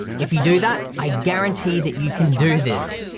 if you do that, i guarantee that you can do this.